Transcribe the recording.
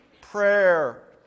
prayer